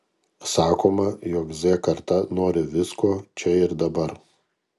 sakoma jog z karta nori visko čia ir dabar